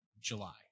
july